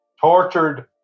tortured